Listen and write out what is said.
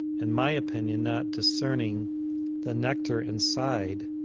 and my opinion, not discerning the nectar inside,